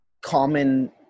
common